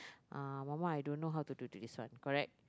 uh mama I don't know how to do this one correct